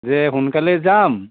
যে সোনকালে যাম